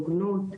הוגנות,